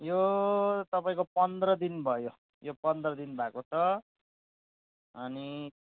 यो तपाईँको पन्ध्र दिन भयो यो पन्ध्र दिन भएको छ अनि